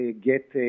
get